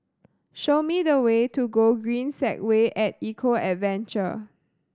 show me the way to Gogreen Segway At Eco Adventure